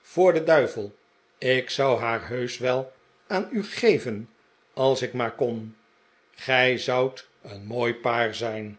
voor den duivel ik zou haar heusch wel aan u geven als ik maar kon gij zoudt een mooi paar zijn